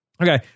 Okay